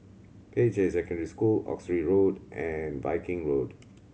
Peicai Secondary School Oxley Road and Viking Road